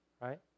right